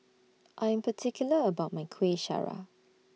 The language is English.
I'm particular about My Kueh Syara